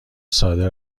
ساده